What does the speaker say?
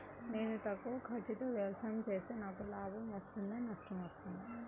నేను తక్కువ ఖర్చుతో వ్యవసాయం చేస్తే నాకు లాభం వస్తుందా నష్టం వస్తుందా?